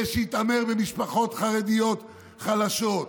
זה שהתעמר במשפחות חרדיות חלשות,